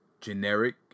generic